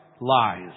lies